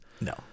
No